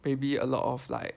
maybe a lot of like